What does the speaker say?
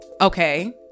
okay